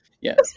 Yes